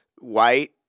white